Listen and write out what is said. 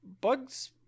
Bugs